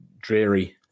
dreary